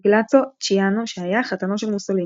גלאצו צ'יאנו שהיה חתנו של מוסוליני.